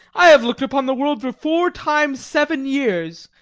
i have looked upon the world for four times seven years,